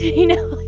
you know?